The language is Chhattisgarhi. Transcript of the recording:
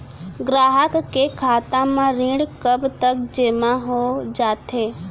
ग्राहक के खाता म ऋण कब तक जेमा हो जाथे?